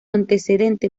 antecedente